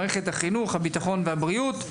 מערכת החינוך, הביטחון והבריאות,